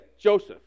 Joseph